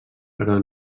però